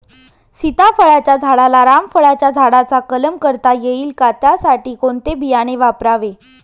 सीताफळाच्या झाडाला रामफळाच्या झाडाचा कलम करता येईल का, त्यासाठी कोणते बियाणे वापरावे?